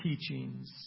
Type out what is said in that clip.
teachings